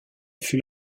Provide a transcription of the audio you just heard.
fut